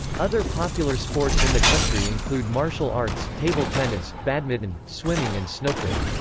other popular sports in the country include martial arts, table tennis, badminton, swimming and snooker.